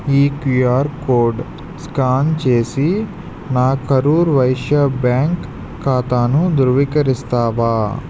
ఈ QR code scan చేసి నా కరూర్ వైశ్యా బ్యాంక్ ఖాతాను ధృవీకరిస్తావా